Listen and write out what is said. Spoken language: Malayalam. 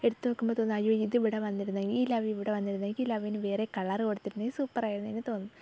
എടുത്ത് നോക്കുമ്പോൾ തോന്നും അയ്യോ ഇത് ഇവിടെ വന്നിരുന്നെങ്കിൽ ഈ ലവ്വ് ഇവിടെ വന്നിരുന്നെങ്കിൽ ഈ ലവ്വിന് വേറെ കളർ കൊടുത്തിരുന്നെങ്കിൽ സൂപ്പർ ആയേനെ എന്ന് തോന്നും